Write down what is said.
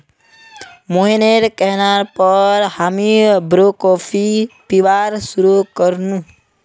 मोहिनीर कहना पर हामी ब्रू कॉफी पीबार शुरू कर नु